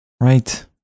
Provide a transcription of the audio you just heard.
right